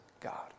God